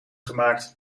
gemaakt